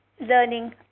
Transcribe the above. learning